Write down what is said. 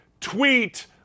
tweet